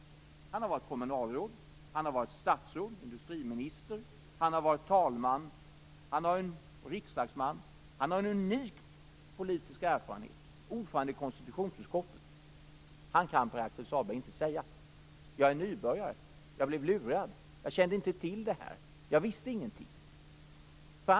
Han har varit kommunalråd, statsråd, industriminister, talman och riksdagsman. Han har en unik politisk erfarenhet. Han har dessutom varit ordförande i konstitutionsutskotten. Han kan inte säga att han var nybörjare, Pär-Axel Sahlberg, att han blev lurad, att han inte kände till detta och att han inte visste någonting.